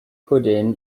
pwdin